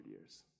years